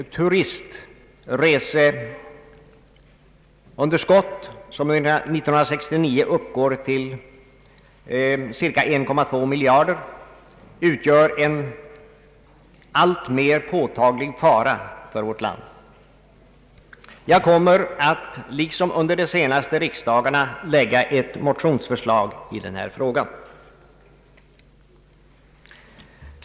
Turistreseunderskottet, som 1969 upp Statsverkspropositionen m.m. går till cirka 1,2 miljarder, utgör en alltmer påtaglig fara för vårt lands ekonomi. Jag kommer att liksom under de senaste riksdagarna framlägga ett motionsförslag i denna fråga.